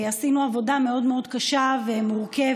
עשינו עבודה מאוד מאוד קשה ומורכבת.